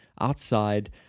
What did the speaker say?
outside